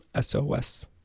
SOS